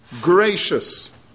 gracious